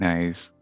Nice